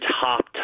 top